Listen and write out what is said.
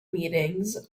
meetings